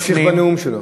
הוא ממשיך בנאום שלו.